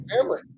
family